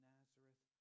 Nazareth